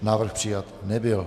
Návrh přijat nebyl.